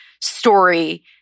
story